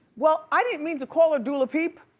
well, i didn't mean to call her dulapeep.